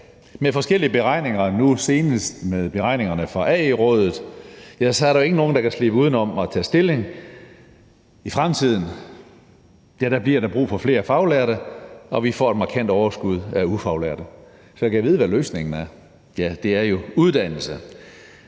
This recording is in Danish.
Med forskellige beregninger, nu senest med beregningerne fra AE, er der jo ikke nogen, der kan slippe uden om at tage stilling. I fremtiden bliver der brug for flere faglærte, og vi får et markant overskud af ufaglærte. Så gad vide, hvad løsningen er? Ja, det er jo uddannelse.